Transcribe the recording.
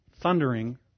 thundering